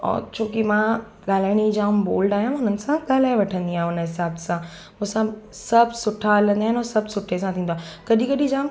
ऐं छोकी मां ॻाल्हाइण ई जामु बॉल्ड आहियां हुननि सां ॻाल्हाए वठंदी आहियां उन हिसाब सां मूंसां सभु सुठा हलंदा आहिनि सभु सुठे सां थींदो आहे कॾहिं कॾहिं जामु